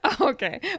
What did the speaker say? Okay